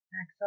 Max